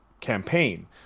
campaign